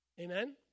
Amen